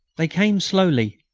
they came slowly,